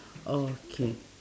okay